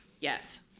Yes